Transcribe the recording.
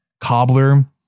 cobbler